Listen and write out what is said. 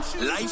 Life